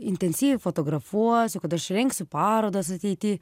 intensyviai fotografuosiu kad aš rengsiu parodas ateity